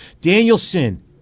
Danielson